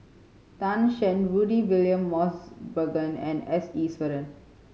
Tan Shen Rudy William Mosbergen and S Iswaran